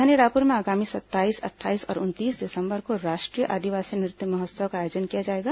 राजधानी रायपुर में आगामी सत्ताईस अट्ठाईस और उनतीस दिसंबर को राष्ट्रीय आदिवासी नृत्य महोत्सव का आयोजन किया जाएगा